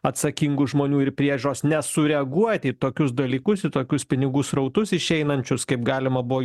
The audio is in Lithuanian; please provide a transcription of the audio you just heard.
atsakingų žmonių ir priežiūros nesureaguot į tokius dalykus į tokius pinigų srautus išeinančius kaip galima buvo